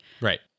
Right